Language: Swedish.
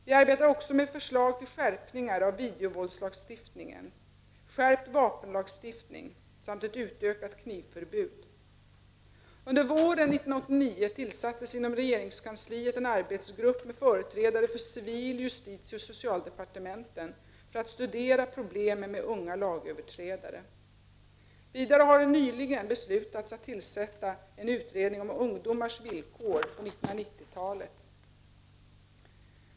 Vi arbetar också med förslag till skärpningar av videovåldslagstiftningen, skärpt vapenlagstiftning samt ett utökat knivförbud. Under våren 1989 tillsattes inom regeringskansliet en arbetsgrupp med företrädare för civil-, justitieoch socialdepartementen för att studera problemen med unga lagöverträdare. Vidare har det nyligen beslutats att tillsättas en utredning om ungdomars villkor på 1990-talet.